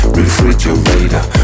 refrigerator